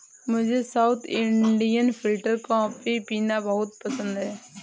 मुझे south Indian filter coffee पीना बहुत पसंद है